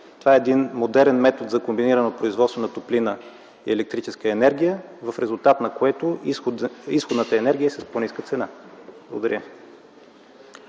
това е един модерен метод за комбинирано производство на топлинна електрическа енергия, в резултат на което изходната енергия е с по-ниска цена. Благодаря.